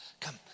come